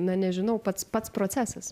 na nežinau pats pats procesas